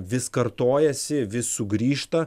vis kartojasi vis sugrįžta